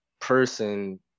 person